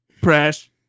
press